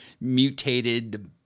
mutated